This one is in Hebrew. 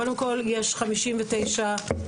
קודם כל יש חמישים ותשע,